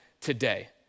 today